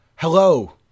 Hello